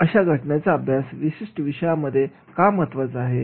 अशा घटनेचा अभ्यास विशिष्ट विषयामध्ये का महत्त्वाचा आहे